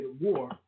war